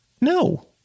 No